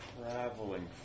traveling